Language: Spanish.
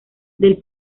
del